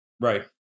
Right